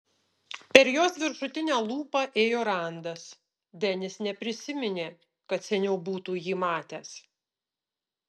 per jos viršutinę lūpą ėjo randas denis neprisiminė kad seniau būtų jį matęs